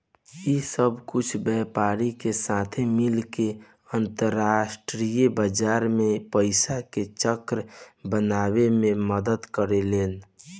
ई सब कुल व्यापारी के साथे मिल के अंतरास्ट्रीय बाजार मे पइसा के चक्र बनावे मे मदद करेलेन